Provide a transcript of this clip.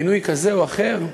מינוי כזה או אחר.